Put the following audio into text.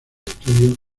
estudios